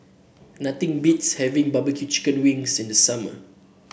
nothing beats having barbecue Chicken Wings in the summer